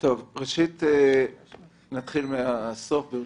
נתחיל מהסוף.